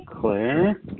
Claire